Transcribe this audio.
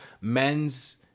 Men's